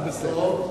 זה בסדר.